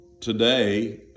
today